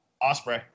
Osprey